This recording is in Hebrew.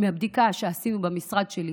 מהבדיקה שעשינו במשרד שלי,